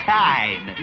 time